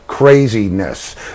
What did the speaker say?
Craziness